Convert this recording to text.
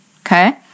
Okay